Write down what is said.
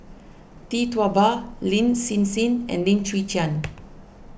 Tee Tua Ba Lin Hsin Hsin and Lim Chwee Chian